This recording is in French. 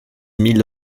mille